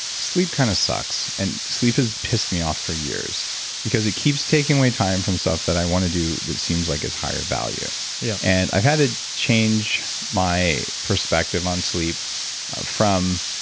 sleep kind of sucks and sleep has pissed me off for years because it keeps taking away time from stuff that i want to do that seems like it's higher value yeah and i've had to change my perspective on sleep from,